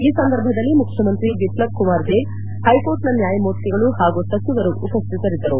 ಈ ಸಂದರ್ಭದಲ್ಲಿ ಮುಖ್ಯಮಂತ್ರಿ ಬಿಪ್ಲಬ್ ಕುಮಾರ್ ದೇವ್ ಹೈಕೋರ್ಟ್ನ ನ್ಯಾಯಮೂರ್ತಿಗಳು ಹಾಗು ಸಚಿವರು ಉಪಸ್ಥಿತರಿದ್ದರು